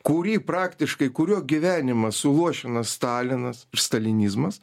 kurį praktiškai kurio gyvenimas suluošina stalinas stalinizmas